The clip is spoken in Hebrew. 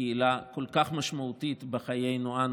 קהילה כל כך משמעותית בחיינו אנו,